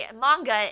manga